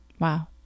Wow